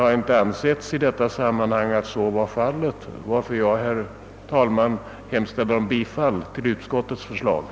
I detta sammanhang har så inte ansetts vara fallet, varför jag, herr talman, hemställer om bifall till utskottets hemställan.